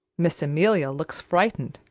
miss amelia looks frightened,